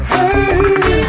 Hey